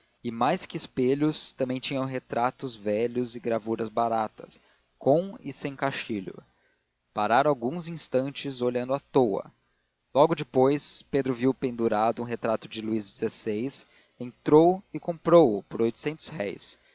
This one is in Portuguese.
e mais que espelhos também tinha retratos velhos e gravuras baratas com e sem caixilho pararam alguns instantes olhando à toa logo depois pedro viu pendurado um retrato de luís xvi entrou e comprou-o por oitocentos réis